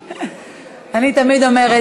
אני תמיד אומרת,